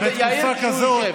שיעיר כשהוא יושב,